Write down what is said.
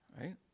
Right